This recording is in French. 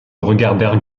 regardèrent